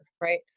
right